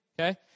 Okay